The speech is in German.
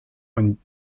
und